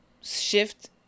shift